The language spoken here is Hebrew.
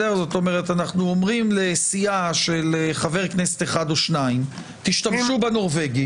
אנו אומרים לסיעה של חבר כנסת אחד או שניים תשתמשו בנורבגי